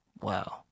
Wow